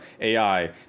AI